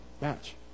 match